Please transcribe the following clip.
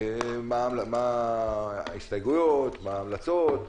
מה ההסתייגויות, מה ההמלצות,